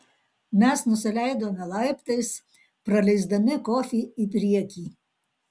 mes nusileidome laiptais praleisdami kofį į priekį